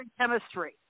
chemistry